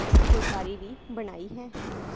ਇੱਕ ਫੁਲਕਾਰੀ ਵੀ ਬਣਾਈ ਹੈ